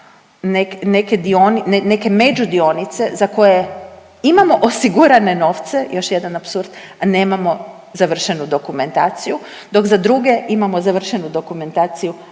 neke među dionice za koje imamo osigurane novce, još jedan apsurd a nemamo završenu dokumentaciju, dok za druge imamo završenu dokumentaciju,